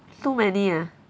too many ah